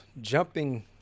jumping